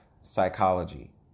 psychology